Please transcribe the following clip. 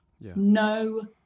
No